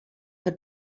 had